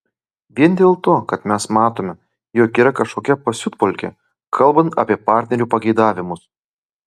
vien dėl to kad mes matome jog yra kažkokia pasiutpolkė kalbant apie partnerių pageidavimus